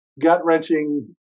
gut-wrenching